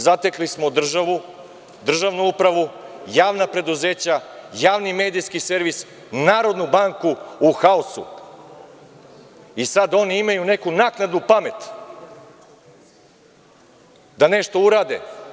Zatekli smo državu, državnu upravu, javna preduzeća, Javni medijski servis, Narodnu banku u haosu i sad oni imaju neku naknadnu pamet da nešto urade.